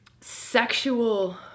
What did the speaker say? sexual